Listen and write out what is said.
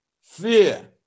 fear